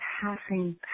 passing